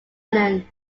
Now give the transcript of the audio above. island